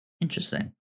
interesting